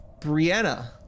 Brianna